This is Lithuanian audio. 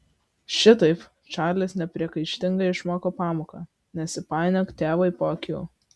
šitaip čarlis nepriekaištingai išmoko pamoką nesipainiok tėvui po akių